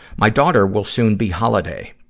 my daughter will soon be holiday.